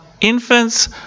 infants